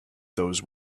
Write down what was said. those